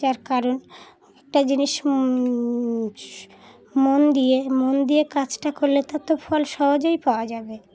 যার কারণ একটা জিনিস মন দিয়ে মন দিয়ে কাজটা করলে তার তো ফল সহজেই পাওয়া যাবে